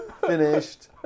Finished